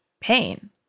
pain